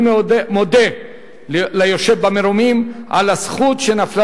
אני מודה ליושב במרומים על הזכות שנפלה